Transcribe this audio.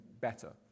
better